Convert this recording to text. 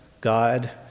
God